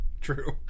True